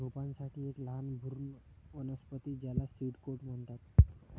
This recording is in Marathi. रोपांसाठी एक लहान भ्रूण वनस्पती ज्याला सीड कोट म्हणतात